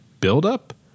buildup